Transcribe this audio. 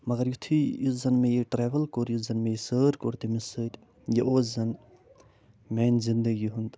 مگر یُتھٕے یُس زن مےٚ یہِ ٹرٛٮ۪ول کوٚر یُس زن مےٚ یہِ سٲر کوٚر تٔمِس سۭتۍ یہِ اوس زن میٛانہِ زندگی ہُنٛد